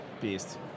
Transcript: Beast